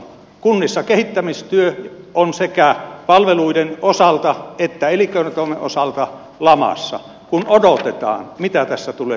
kunnissa kehittämistyö on sekä palveluiden osalta että elinkeinotoiminnan osalta lamassa kun odotetaan mitä tässä tulee tapahtumaan